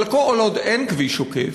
אבל כל עוד אין כביש עוקף,